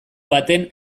baten